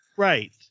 Right